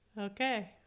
Okay